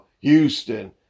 Houston